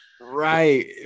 Right